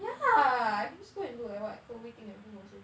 yeah I can just go do like [what] chloe ting at home also